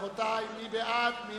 רבותי, מי בעד ההצעה?